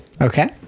Okay